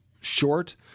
short